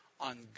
On